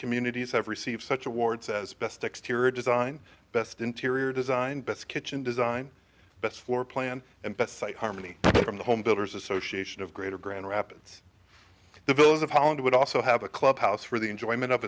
communities have received such awards as best exterior design best interior design best kitchen design best floor plan and best site harmony from the home builders association of greater grand rapids the villas of holland would also have a clubhouse for the enjoyment of